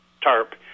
tarp